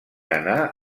anar